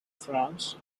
france